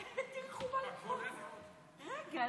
רגע,